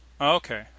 Okay